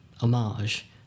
homage